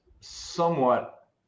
somewhat